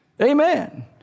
Amen